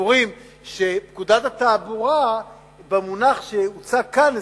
סבורים שפקודת התעבורה במונח שהוצע כאן,